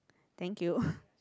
thank you